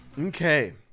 Okay